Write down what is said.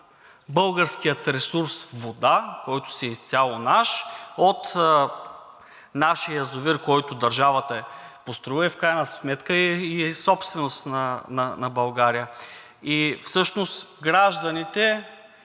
българския ресурс вода, който е изцяло наш, от нашия язовир, който държавата е построила, и в крайна сметка е собственост на България. И всъщност гражданите